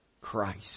Christ